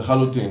לחלוטין,